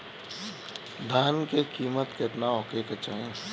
धान के किमत केतना होखे चाही?